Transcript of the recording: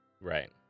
Right